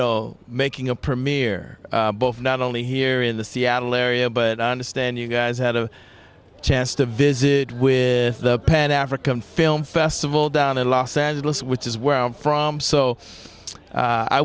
know making a premiere both not only here in the seattle area but honest and you guys had a chance to visit with the pan african film festival down in los angeles which is where i'm from so